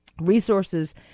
Resources